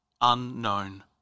Unknown